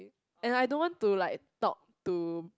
and I don't want to like talk to